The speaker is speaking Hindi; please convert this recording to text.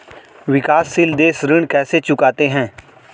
विकाशसील देश ऋण कैसे चुकाते हैं?